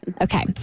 Okay